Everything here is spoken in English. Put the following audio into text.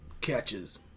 catches